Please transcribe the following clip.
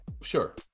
Sure